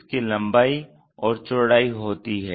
इसकी लंबाई और चौड़ाई होती है